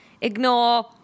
Ignore